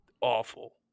awful